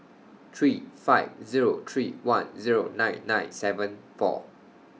three five Zero three one Zero nine nine seven four